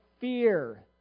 fear